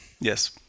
Yes